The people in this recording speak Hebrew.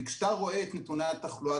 כי כשאתה רואה את נתוני התחלואה,